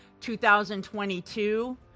2022